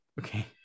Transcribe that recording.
Okay